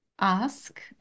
ask